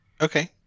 Okay